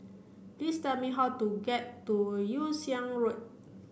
please tell me how to get to Yew Siang Road